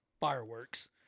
Fireworks